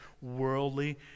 worldly